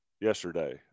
yesterday